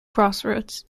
crossroads